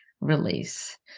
release